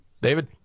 David